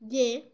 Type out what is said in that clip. যে